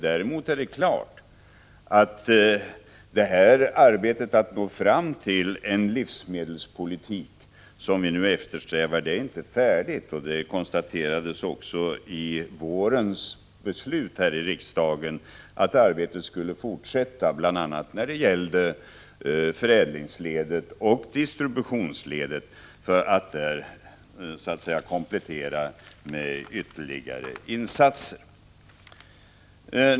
Däremot är det klart att arbetet med att nå fram till den livsmedelspolitik som vi nu eftersträvar inte är färdigt. Det konstaterades också i vårens beslut här i riksdagen att arbetet skulle fortsätta, bl.a. när det gällde förädlingsledet och distributionsledet, för att där komplettera med ytterligare insatser.